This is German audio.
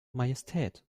majestät